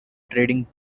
trading